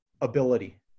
ability